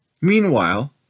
Meanwhile